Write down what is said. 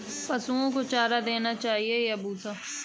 पशुओं को चारा देना चाहिए या भूसा?